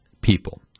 people